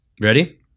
Ready